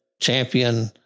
champion